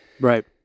Right